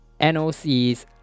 Nocs